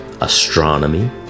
astronomy